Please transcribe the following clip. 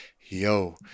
yo